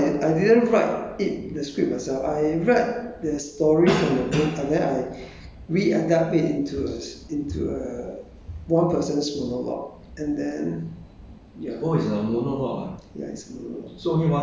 I I write the script myself actually no ah I didn't write it the script myself I write the story from a book and then I re-adapt it into a into a one person's monologue and then